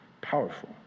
powerful